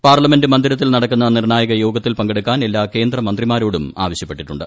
parliament മന്ദിരത്തിൽ നടക്കുന്ന നിർണായക യോഗത്തിൽ പങ്കെടുക്കാൻ എല്ലാ കേന്ദ്രമന്ത്രിമാരോടും ആവശ്യപ്പെട്ടിട്ടുണ്ട്